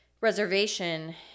reservation